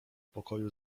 pokoju